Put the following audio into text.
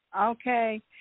Okay